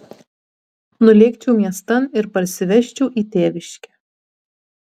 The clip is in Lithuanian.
nulėkčiau miestan ir parsivežčiau į tėviškę